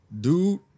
dude